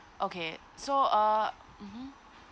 okay so uh mmhmm